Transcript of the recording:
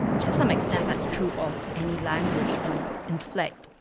to some extent that's true of any language. we inflect,